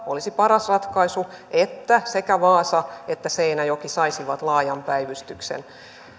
olisi paras ratkaisu että sekä vaasa että seinäjoki saisivat laajan päivystyksen